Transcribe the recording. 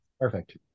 Perfect